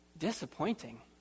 Disappointing